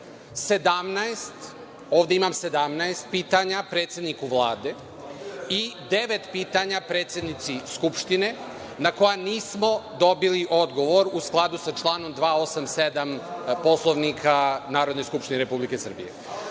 postavio 17 pitanja predsedniku Vlade i devet pitanja predsednici Skupštine, na koja nismo dobili odgovor, u skladu sa članom 287. Poslovnika Narodne skupštine Republike Srbije. Prošlog